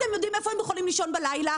אתם יודעים איפה הם יכולים לישון בלילה?